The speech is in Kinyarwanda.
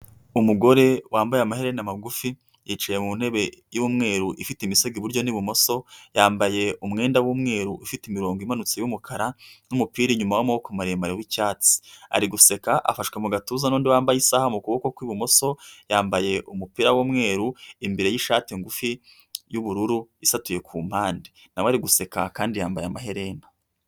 Umugore wambaye amaherena magufi yicaye mu ntebe y'umweru ifite imisego iburyo n'ibumoso, yambaye umwenda w'umweru ufite imirongo imanutse y'umukara n'umupira inyuma w'amaboko maremare w'icyatsi. Ari guseka afashwa mu gatuza n'undi wambaye isaha mu kuboko kw'ibumoso, yambaye umupira w'umweru imbere y'ishati ngufi y'ubururu isatuye ku mpande nawe ari guseka kandi yambaye amaherena.